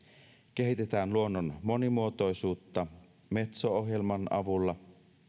kehitetään luonnon monimuotoisuutta metso ohjelman avulla